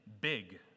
big